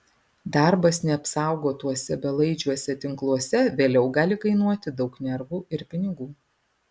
darbas neapsaugotuose belaidžiuose tinkluose vėliau gali kainuoti daug nervų ir pinigų